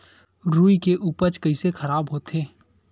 रुई के उपज कइसे खराब होथे?